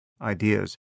ideas